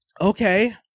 okay